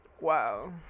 wow